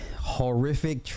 Horrific